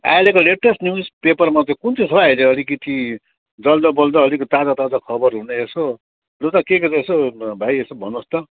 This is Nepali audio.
आहिलेको लेटेस्ट न्युजपेपरमा चाहिँ कुन चाहिँ छ हो आहिले अलिकति जल्दोबल्दो अलिक ताजा ताजा खबर हुने यसो लु त के के रहेछ भाइ यसो भन्नुहोस् त